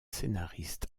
scénariste